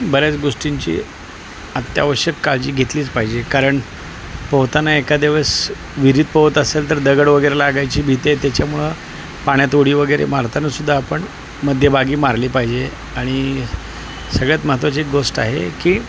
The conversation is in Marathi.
बऱ्याच गोष्टींची अत्यावश्यक काळजी घेतलीच पाहिजे कारण पोहताना एखाददिवस विहरीत पोहत असेल तर दगड वगैरे लागायची भीती आहे त्याच्यामुळं पाण्यात उडी वगैरे मारताना सुद्धा आपण मध्यभागी मारली पाहिजे आणि सगळ्यात महत्त्वाची एक गोष्ट आहे की